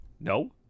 No